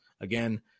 again